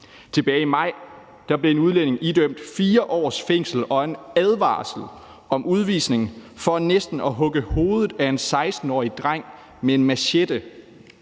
Tilbage i maj blev en udlænding idømt 4 års fængsel og en advarsel om udvisning for næsten at hugge hovedet af en 16-årig dreng med en machete.